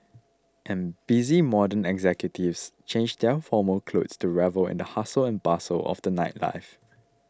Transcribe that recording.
and busy modern executives change their formal clothes to revel in the hustle and bustle of the nightlife